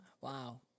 Wow